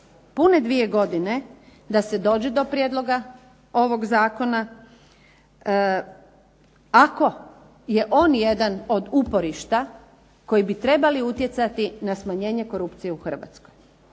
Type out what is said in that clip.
pune dvije godine da se dođe do prijedloga ovoga zakona, ako je on jedan od uporišta koji bi trebali utjecati na smanjenje korupcije u Hrvatskoj?